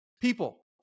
People